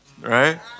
right